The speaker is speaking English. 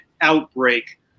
outbreak